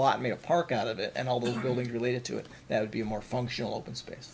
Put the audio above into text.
lot made a park out of it and all those buildings related to it that would be a more functional open space